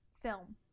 film